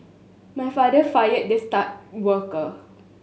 my father fired the star worker